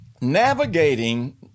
navigating